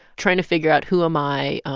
trying to figure out who am i?